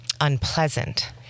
unpleasant